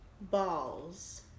balls